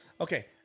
Okay